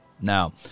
Now